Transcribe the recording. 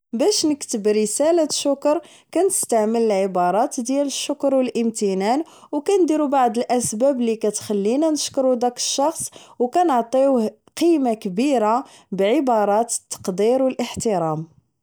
باش نكتب رسالة شكر كنستعمل عبارات ديال الشكر و الامتنان و كنديرو بعض الاسباب اللي كتخلينا نشكرو داك الشخص و كنعطيوه قيمة كبيرة بعبارات التقدير و الاحترام